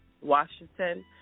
Washington